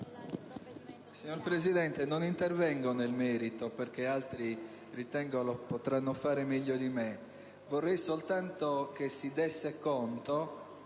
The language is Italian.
Signor Presidente, non intervengo nel merito, perché altri ritengo potranno farlo meglio di me. Vorrei soltanto che si desse conto,